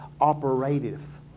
operative